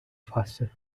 faster